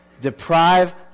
deprive